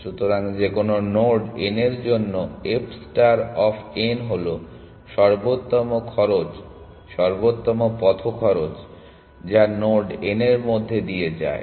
সুতরাং যেকোনো node n এর জন্য f ষ্টার অফ n হলো সর্বোত্তম খরচ সর্বোত্তম পথ খরচ যা নোড n এর মধ্য দিয়ে যায়